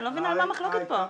אני לא מבינה מה המחלוקת פה.